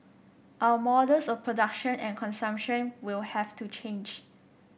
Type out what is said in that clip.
our models of production and consumption will have to change